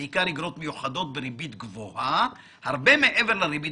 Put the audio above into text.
בעיקר איגרות מיוחדות בריבית גבוהה הרבה מעבר לריבית